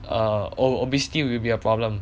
err o~ obesity will be a problem